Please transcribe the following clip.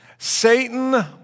Satan